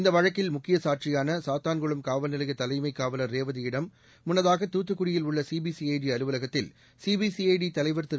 இந்த வழக்கில் முக்கிய சாட்சியான சாத்தான்குளம் காவல்நிலைய தலைமைக் காவலர் ரேவதியிடம் முன்னதாக தூத்துக்குடியில் உள்ள சிபிசிஐடி அலுவலகத்தில் சிபிசிஐடி தலைவர் திரு